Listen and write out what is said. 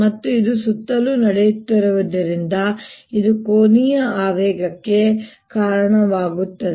ಮತ್ತು ಇದು ಸುತ್ತಲೂ ನಡೆಯುತ್ತಿರುವುದರಿಂದ ಇದು ಕೋನೀಯ ಆವೇಗಕ್ಕೆ ಕಾರಣವಾಗುತ್ತದೆ